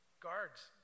Guards